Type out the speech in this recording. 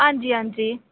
हांजी हांजी